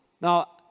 Now